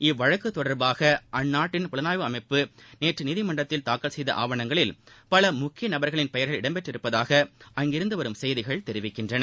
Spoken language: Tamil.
இவ்வழக்கு தொடர்பாக அந்நாட்டின் புலனாய்வு அமைப்பு நேற்று நீதிமன்றத்தில் தாக்கல் செய்த ஆவணங்களில் பல முக்கிய நபர்களின் பெயர்கள் இடம்பெற்றுள்ளதாக அங்கிருந்து வரும் செய்திகள் தெரிவிக்கின்றன